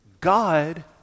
God